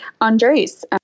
Andres